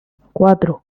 cuatro